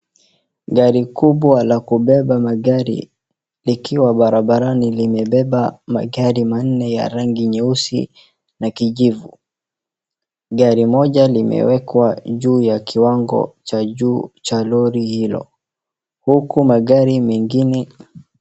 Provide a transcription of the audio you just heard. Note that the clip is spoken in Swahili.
Gari kubwa la kubeba magari likiwa barabarani limebeba magari manne ya rangi nyeusi na kijivu. Gari moja limewekwa juu ya kiwango cha juu cha lori hio huku magari mengine.